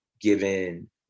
given